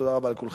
תודה רבה לכולכם.